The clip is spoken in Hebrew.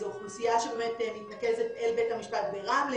זו אוכלוסייה שבאמת מתנקזת אל בית המשפט ברמלה.